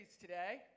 today